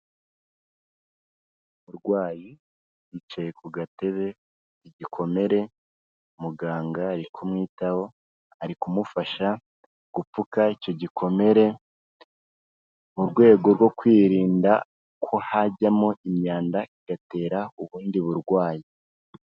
umurwayi yicaye ku gatebe igikomere muganga ari kumwitaho ari kumufasha gupfuka icyo gikomere mu rwego rwo kwirinda ko hajyamo imyanda igatera ubundi burwayi